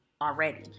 already